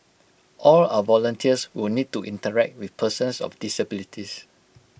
all our volunteers will need to interact with persons of disabilities